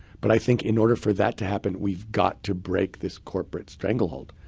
but i think in order for that to happen, we've got to break this corporate stranglehold.